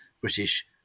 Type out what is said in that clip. British